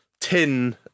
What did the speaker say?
tin